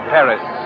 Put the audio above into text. Paris